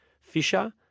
Fisher